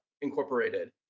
incorporated